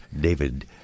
David